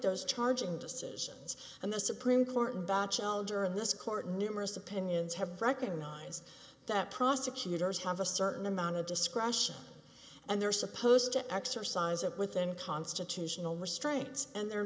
those charging decisions and the supreme court batchelder of this court numerous opinions have recognize that prosecutors have a certain amount of discretion and they're supposed to exercise it within constitutional restraints and there